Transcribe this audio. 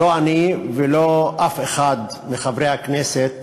לא אני ולא אף אחד מחברי הכנסת